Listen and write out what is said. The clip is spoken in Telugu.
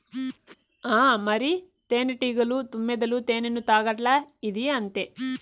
ఆ మరి, తేనెటీగలు, తుమ్మెదలు తేనెను తాగట్లా, ఇదీ అంతే